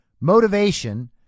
motivation